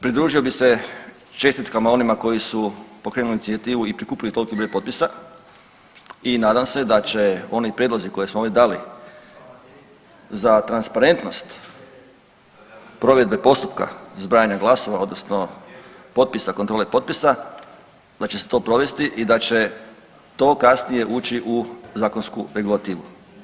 Pridružio bi se čestitkama onima koji su pokrenuli inicijativu i prikupili toliki broj potpisa i nadam se da će oni prijedlozi koje smo ovdje dali za transparentnost provedbe postupka zbrajanja glasova odnosno potpisa kontrole potpisa da će se to provesti i da će to kasnije ući u zakonsku regulativu.